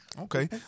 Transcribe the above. Okay